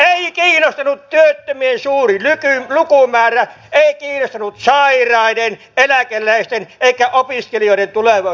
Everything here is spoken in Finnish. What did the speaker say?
ei kiinnostanut työttömien suuri lukumäärä eivät kiinnostaneet sairaiden eläkeläisten eikä opiskelijoiden tulevaisuus ja elinolot